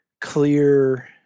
clear